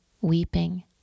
weeping